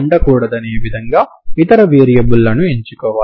string కి సంబంధించిన సమస్యలను చూద్దాం